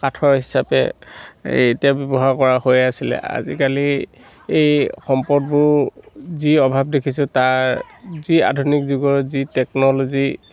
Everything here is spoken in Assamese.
কাঠৰ হিচাপে এই এতিয়া ব্যৱহাৰ কৰা হৈ আছিলে আজিকালি এই সম্পদবোৰ যি অভাৱ দেখিছোঁ তাৰ যি আধুনিক জীৱনৰ যি টেকনলজি